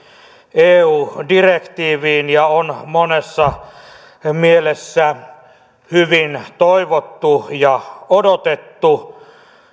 eu direktiiviin ja on monessa mielessä hyvin toivottu ja odotettu